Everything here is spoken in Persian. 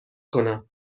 کنم